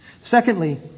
Secondly